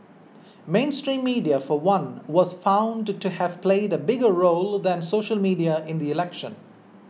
mainstream media for one was found to have played a bigger role than social media in the election